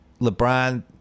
LeBron